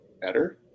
better